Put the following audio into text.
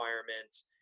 requirements